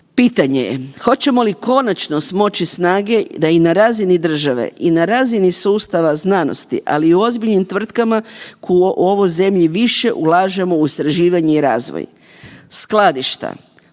Pitanje je, hoćemo li konačno smoći snage da i na razini države i na razini sustava znanosti, ali i u ozbiljnim tvrtkama u ovoj zemlji više ulažemo u istraživanje i razvoj. Skladišta,